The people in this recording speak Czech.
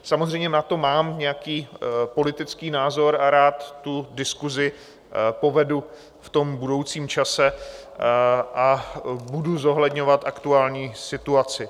Samozřejmě na to mám nějaký politický názor a rád tu diskusi povedu v budoucím čase a budu zohledňovat aktuální situaci.